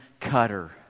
cutter